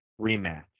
rematch